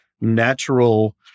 natural